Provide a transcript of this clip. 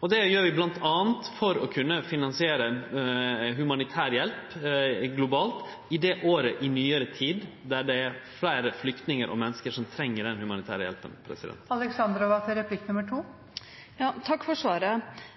salen. Det gjer vi bl.a. for å kunne finansiere humanitær hjelp globalt i det året i nyare tid då det er fleire flyktningar og menneske enn nokon gong som treng den humanitære hjelpa.